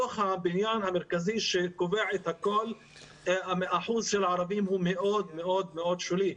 בתוך הבניין המרכזי שקובע הכול אחוז הערבים מאוד שולי.